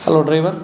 hello driver